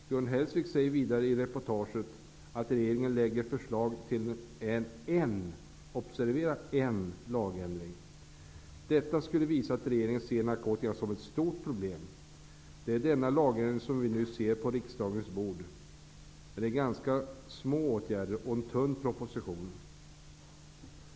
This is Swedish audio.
Gun Hellsvik säger vidare i reportaget att regeringen lägger fram förslag till en -- observera: en -- lagändring. Detta skulle visa att regeringen ser narkotikan som ett stort problem. Det är detta förslag till lagändring som vi nu ser på riksdagens bord. Det är fråga om ganska små åtgärder och en tunn proposition.